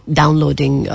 downloading